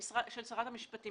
שרת המשפטים.